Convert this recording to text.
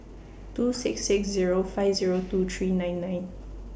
two six six Zero five Zero two three nine nine